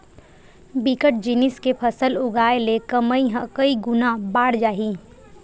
बिकट जिनिस के फसल उगाय ले कमई ह कइ गुना बाड़ जाही